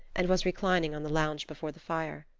and was reclining on the lounge before the fire.